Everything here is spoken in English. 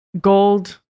gold